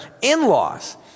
in-laws